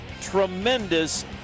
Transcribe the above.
tremendous